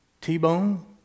T-Bone